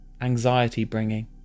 anxiety-bringing